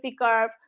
curve